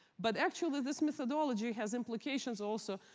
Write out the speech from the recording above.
but actually, this methodology has implications, also,